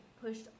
pushed